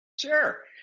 Sure